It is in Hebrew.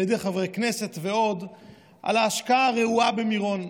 על ידי חברי כנסת ועוד על ההשקעה הרעועה במירון,